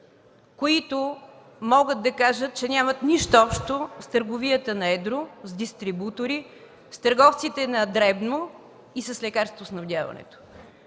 които могат да кажат, че нямат нищо общо с търговията на едро, с дистрибутори, с търговците на дребно и с лекарствоснабдяването.